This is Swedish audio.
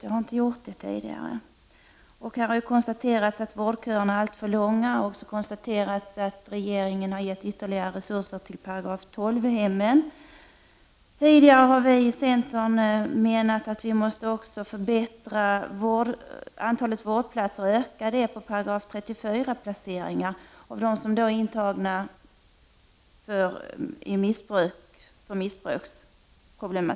Jag har inte tagit upp denna fråga tidigare. Vi kan konstatera att vårdköerna är alltför långa och att regeringen har givit ytterligare resurser till § 12-hemmen. Centern har tidigare påpekat att vi också måste öka antalet vårdplatser vad gäller § 34-placeringar för dem som är intagna för missbruksproblem.